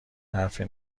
حرفی